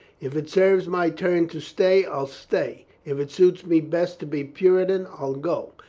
if it serves my turn to stay, i'll stay. if it suits me best to be puritan, i'll go.